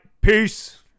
Peace